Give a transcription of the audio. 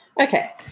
Okay